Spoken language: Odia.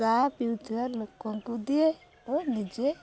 ଚା ପିଉଥିବା ଲୋକଙ୍କୁ ଦିଏ ଓ ନିଜେ